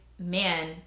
man